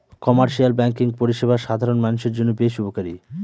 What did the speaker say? commercial banking পরিষেবা সাধারণ মানুষের জন্য বেশ উপকারী